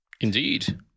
indeed